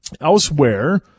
Elsewhere